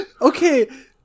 Okay